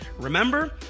Remember